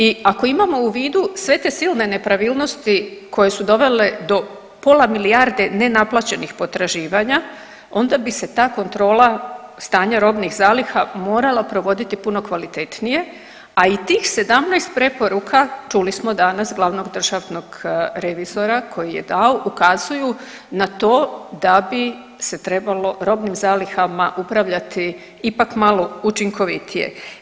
I ako imamo u vidu sve te silne nepravilnosti koje su dovele do pola milijarde nenaplaćenih potraživanja onda bi se ta kontrola stanja robnih zaliha morala provoditi puno kvalitetnije, a i tih 17 preporuka, čuli smo danas glavnog državnog revizora koji je dao, ukazuju na to da bi se trebalo robnim zalihama upravljati ipak malo učinkovitije.